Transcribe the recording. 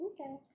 okay